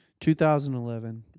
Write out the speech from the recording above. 2011